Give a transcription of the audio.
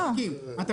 אנחנו